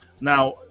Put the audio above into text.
now